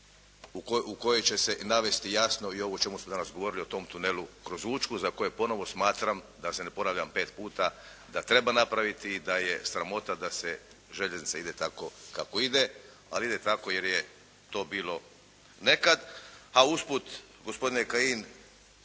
u kojoj će se navesti jasno i ovo o čemu smo danas govorili o tom tunelu kroz Učku za koju ponovo smatram da se ponavljam pet puta, da treba napraviti i da je sramota da željeznica ide tako kako ide, a ide tako jer je to bilo nekad. A usput gospodine Kajin,